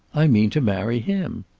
i mean to marry him.